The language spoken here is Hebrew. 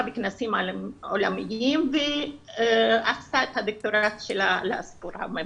בכנסים עולמיים ועשתה את הדוקטורט שלה על הסיפור העממי.